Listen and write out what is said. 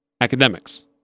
academics